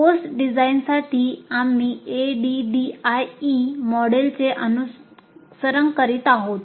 course डिझाइनसाठी आम्ही ADDIE मॉडेलचे अनुसरण करीत आहोत